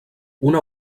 una